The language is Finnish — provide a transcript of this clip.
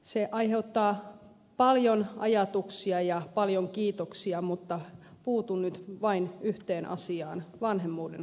se aiheuttaa paljon ajatuksia ja paljon kiitoksia mutta puutun nyt vain yhteen asiaan vanhemmuuden kustannusten jakoon